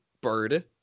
bird